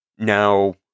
Now